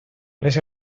les